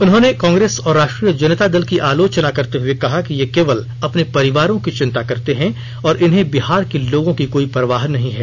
उन्होंने कांग्रेस और राष्ट्रीय जनता दल की आलोचना करते हुए कहा कि ये केवल अपने परिवारों की चिंता करते हैं और इन्हें बिहार के लोगों की कोई परवाह नहीं है